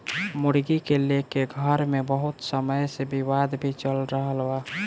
मुर्गी के लेके घर मे बहुत समय से विवाद भी चल रहल बा